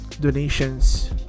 donations